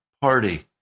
party